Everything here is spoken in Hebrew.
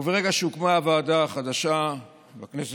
וברגע שהוקמה הוועדה החדשה בכנסת